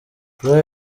roy